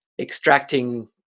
extracting